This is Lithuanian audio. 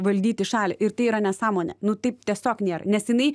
valdyti šalį ir tai yra nesąmonė nu taip tiesiog nėr nes jinai